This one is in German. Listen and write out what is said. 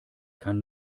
kann